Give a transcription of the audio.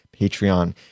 Patreon